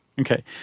Okay